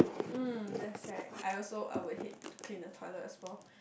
mm that's right I also I would hate to clean the toilet as well